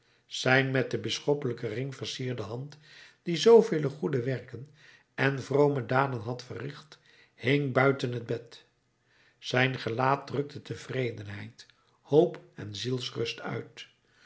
zijn met den bisschoppelijken ring versierde hand die zoovele goede werken en vrome daden had verricht hing buiten het bed zijn gelaat drukte tevredenheid hoop en zielsrust uit